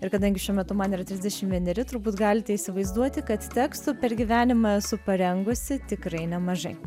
ir kadangi šiuo metu man yra trisdešim vieneri turbūt galite įsivaizduoti kad tekstų per gyvenimą esu parengusi tikrai nemažai